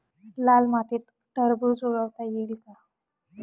लाल मातीत टरबूज उगवता येईल का?